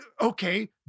Okay